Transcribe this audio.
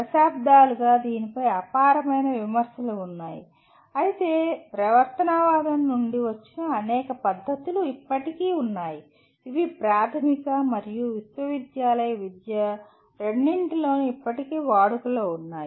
దశాబ్దాలుగా దీనిపై అపారమైన విమర్శలు ఉన్నాయి అయితే ప్రవర్తనవాదం నుండి వచ్చిన అనేక పద్ధతులు ఇప్పటికీ ఉన్నాయి ఇవి ప్రాథమిక మరియు విశ్వవిద్యాలయ విద్య రెండింటిలోనూ ఇప్పటికీ వాడుకలో ఉన్నాయి